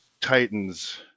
titans